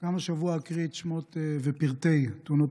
גם השבוע אקריא את השמות ואת פרטי תאונות